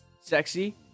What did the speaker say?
sexy